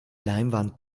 leinwand